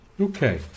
Okay